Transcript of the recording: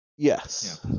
Yes